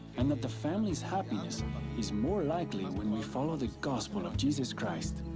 and that the family's happiness is more likely and when we follow the gospel of jesus christ.